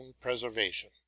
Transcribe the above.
preservation